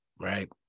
Right